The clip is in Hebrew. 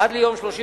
עד ליום 31